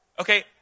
Okay